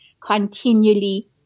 continually